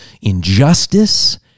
injustice